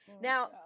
Now